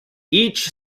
each